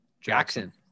Jackson